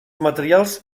materials